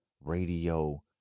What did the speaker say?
radio